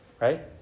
Right